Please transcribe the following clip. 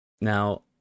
Now